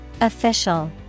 Official